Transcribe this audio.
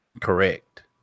Correct